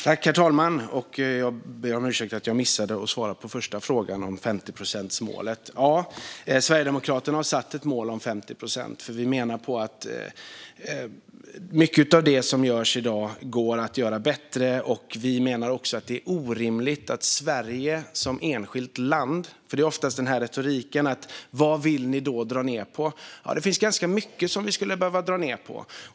Herr talman! Jag ber om ursäkt för att jag missade att svara på den första frågan om 50-procentsmålet. Sverigedemokraterna har satt ett mål på 50 procent eftersom vi menar att mycket av det som görs i dag går att göra bättre. Retoriken handlar ofta om vad vi då vill dra ned på. Det finns ganska mycket vi skulle behöva dra ned på.